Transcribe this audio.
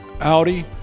Audi